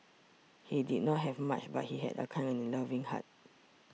he did not have much but he had a kind and loving heart